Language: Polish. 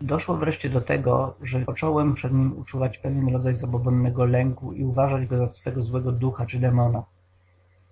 doszło wreszcie do tego że począłem przed nim uczuwać pewien rodzaj zabobonnego strachu i uważać go za swego złego ducha czy demona